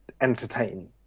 entertain